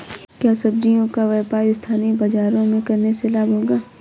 क्या सब्ज़ियों का व्यापार स्थानीय बाज़ारों में करने से लाभ होगा?